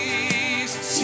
Jesus